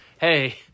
Hey